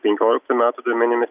penkioliktų metų duomenimis